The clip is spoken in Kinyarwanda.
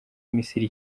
misiri